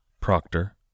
Proctor